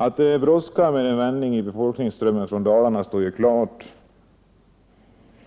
Att det brådskar med en vändning av befolkningsströmmen från Dalarna står klart.